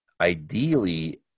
ideally